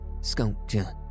sculpture